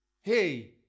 Hey